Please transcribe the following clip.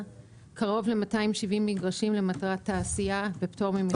קרוב ל-270 מגרשים למטרת תעשייה ופטור ממכרז.